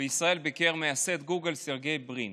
ביקר בישראל מייסד גוגל סרגיי ברין,